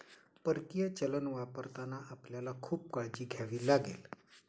परकीय चलन वापरताना आपल्याला खूप काळजी घ्यावी लागेल